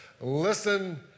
Listen